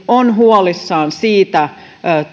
on huolissaan siitä